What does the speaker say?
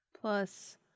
plus